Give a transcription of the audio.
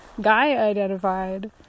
guy-identified